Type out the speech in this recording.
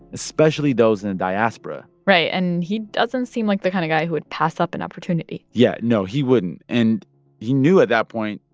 especially those in the diaspora right. and he doesn't seem like the kind of guy who would pass up an opportunity yeah. no, he wouldn't. and he knew at that point,